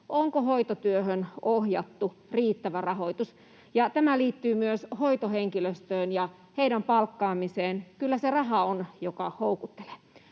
Onko hoitotyöhön ohjattu riittävä rahoitus? Ja tämä liittyy myös hoitohenkilöstöön ja heidän palkkaamiseensa — kyllä se on raha, joka houkuttelee.